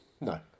No